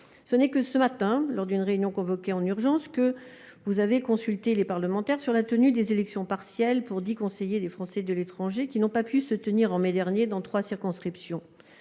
ce n'est que ce matin, lors d'une réunion convoquée en urgence, que vous avez consulté les parlementaires sur la tenue des élections partielles pour dix conseillers des Français de l'étranger qui n'ont pu se tenir en mai dernier, dans trois circonscriptions.